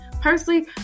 personally